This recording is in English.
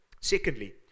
Secondly